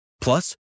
Plus